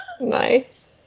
Nice